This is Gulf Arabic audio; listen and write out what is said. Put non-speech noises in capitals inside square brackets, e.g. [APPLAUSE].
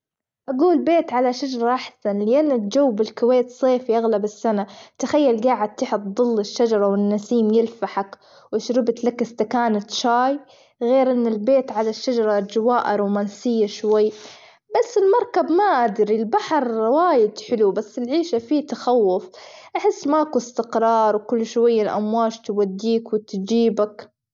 أجول بيت على شجرة أحسن يا للجو بالكويت صيفي أغلب السنة تخيل جاعد تحت ضل الشجرة، والنسيم يلفحك وشربت لك كستان شاي غير أن البيت على الشجرة أجواءه رومانسية شوي [NOISE] ،بس المركب ما أدري البحر وايد حلو بس العيشة فيه تخوف أحس ما كو إستقرار وكل شوية الأمواج توديك وتجيبك.